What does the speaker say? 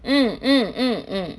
mm mm mm mm